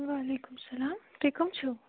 وعلیکُم سلام تُہۍ کم چھو